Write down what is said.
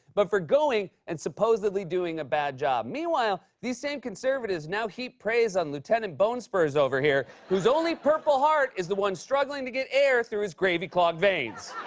but for going and supposedly doing a bad job. meanwhile these same conservatives now heap praise on lieutenant bone spurs over here, whose only purple heart is the one struggling to get air through his gravy-clogged veins.